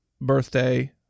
Birthday